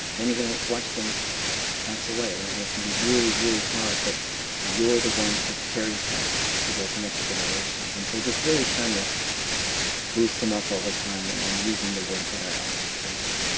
then you're going to watch them pass away and and it's going to be really really hard but you're the one who carries that to those next generations and so just really trying to boost him up all the time and and using the words that our elders gave us.